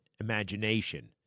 imagination